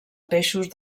peixos